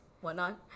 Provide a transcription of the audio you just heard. whatnot